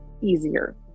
easier